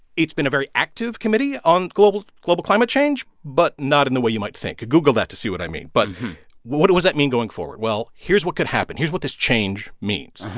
it's been a very active committee on global global climate change, but not in the way you might think. google that to see what i mean. but what does that mean going forward? well, here's what could happen. here's what this change means.